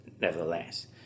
nevertheless